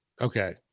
Okay